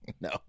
No